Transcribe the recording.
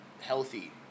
healthy